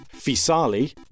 Fisali